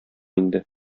инде